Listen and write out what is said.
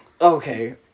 Okay